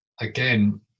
again